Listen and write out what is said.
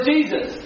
Jesus